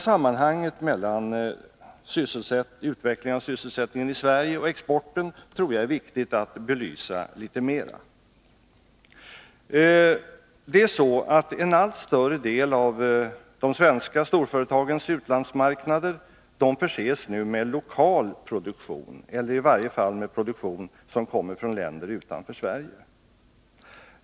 Sammanhanget mellan utvecklingen av sysselsättningen i Sverige och exporten tror jag är viktigt att åskådliggöra litet mera. En allt större del av de svenska storföretagens utlandsmarknader förses med lokal produktion eller i varje fall med produktion som kommer från länder utanför Sverige.